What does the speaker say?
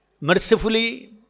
mercifully